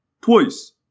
Twice